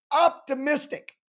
optimistic